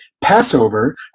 Passover